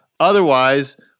Otherwise